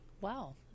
Wow